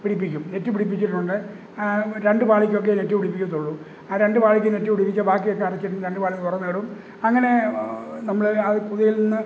പിടിപ്പിക്കും net പിടിപ്പിച്ചിട്ടുണ്ട് രണ്ടു വാതിൽക്കൊക്കെ നെറ്റ് പിടിപ്പിക്കത്തുള്ളൂ ആ രണ്ടു വാതിൽക്ക് നെറ്റ് പിടിപ്പിച്ച് ബാക്കിയൊക്കെ അടച്ചിടും രണ്ടു വാതിൽ തുറന്നിടും അങ്ങനെ നമ്മൾ ആ കൊതുകിൽ നിന്ന്